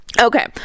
Okay